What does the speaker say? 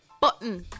button